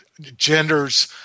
genders